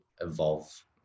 evolve